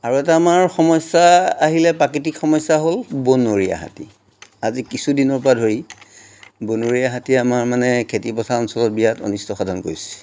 আৰু এটা আমাৰ সমস্যা আহিলে প্ৰাকৃতিক সমস্যা হ'ল বনৰীয়া হাতী আজি কিছুদিনৰ পৰা ধৰি বনৰীয়া হাতীয়ে আমাৰ মানে খেতিপথাৰ অঞ্চলত বিৰাট অনিষ্ট সাধন কৰিছে